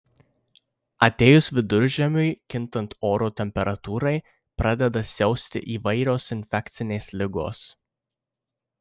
atėjus viduržiemiui kintant oro temperatūrai pradeda siausti įvairios infekcinės ligos